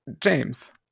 james